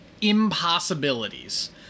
impossibilities